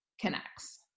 connects